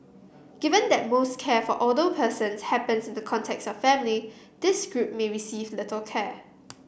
given that most care for older persons happens in the context of family this group may receive little care